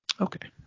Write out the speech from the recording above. okay